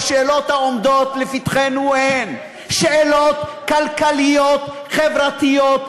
השאלות העומדות לפתחנו הן שאלות כלכליות חברתיות אמיתיות,